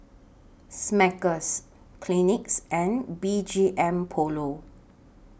Smuckers Kleenex and B G M Polo